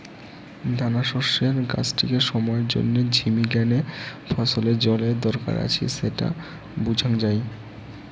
দানাশস্যের গাছটিকে সময়ের জইন্যে ঝিমি গ্যানে ফছলের জলের দরকার আছি স্যাটা বুঝাং যাই